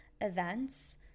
events